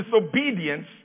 disobedience